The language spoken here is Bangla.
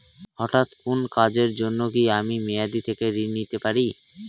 হঠাৎ কোন কাজের জন্য কি আমি মেয়াদী থেকে ঋণ নিতে পারি?